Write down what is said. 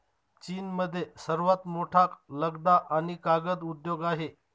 चीनमध्ये सर्वात मोठा लगदा आणि कागद उद्योग आहे